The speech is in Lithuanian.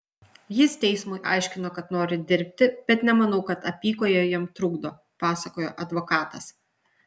jis teismui aiškino kad nori dirbti bet nemanau kad apykojė tam trukdo pasakojo advokatas